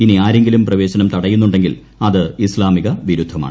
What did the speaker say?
ഇനി ആരെങ്കിലും പ്രവേശനം തടയുന്നുണ്ടെങ്കിൽ അത് ഇസ്താമിക വിരുദ്ധമാണ്